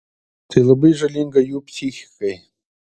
tai labai žalinga jų psichikai